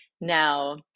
Now